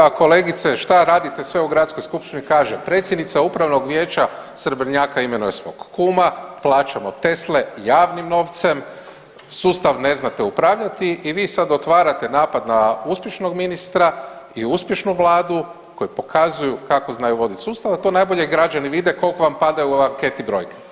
A kolegice šta radite sve u gradskoj Skupštini kaže predsjednica Upravnog vijeća Srebrnjaka imenuje svog kuma, plaćamo Tesle javnim novcem, sustav ne znate upravljati i vi sad otvarate napad na uspješnog ministra i uspješnu Vladu koji pokazuju kako znaju vodit sustav, a to najbolje građani vide koliko vam padaju u anketi brojke.